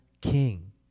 King